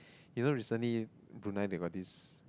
you know recently Brunei they got this